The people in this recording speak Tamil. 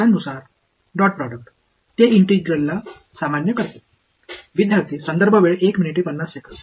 எனவே உறுப்பு வாரியாக டாட் ப்ராடக்ட் இது ஒரு ஒருங்கிணைபை பொதுமைப்படுத்துகிறது